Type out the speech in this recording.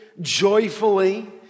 joyfully